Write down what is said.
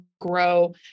grow